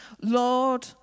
Lord